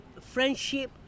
friendship